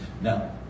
Now